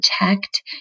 protect